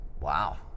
Wow